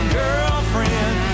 girlfriend